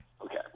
Okay